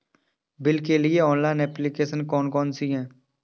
Bill के लिए online application कौन कौन सी हैं?